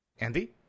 Andy